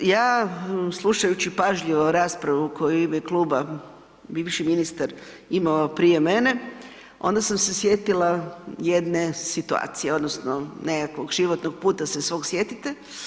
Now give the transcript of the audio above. Ja slušajući pažljivo raspravu koju je u ime kluba bivši ministar imao prije mene, onda sam se sjetila jedne situacije odnosno nekakvog životnog puta se svog sjetite.